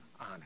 on